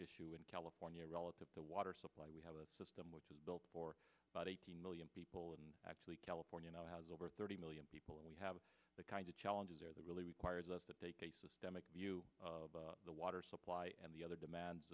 issue in california relative to water supply we have a system which was built for about eighteen million people and actually california now has over thirty million people and we have the kind of challenges there that really requires us to take a systemic view of the water supply and the other demands